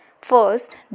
First